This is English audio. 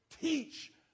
teach